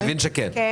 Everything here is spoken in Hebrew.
גם כנפיים.